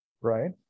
Right